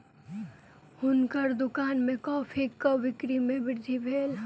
हुनकर दुकान में कॉफ़ीक बिक्री में वृद्धि भेल